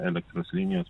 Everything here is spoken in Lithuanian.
elektros linijos